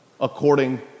according